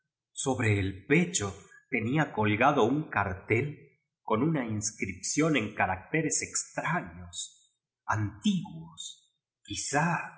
subre el pecho tenia coi gado iui cartel con una inscripción cu caracteres extraños antiguos quizá